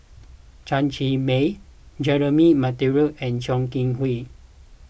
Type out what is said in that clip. Chen Cheng Mei Jeremy Monteiro and Chong Kee Hiong